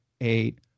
eight